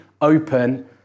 open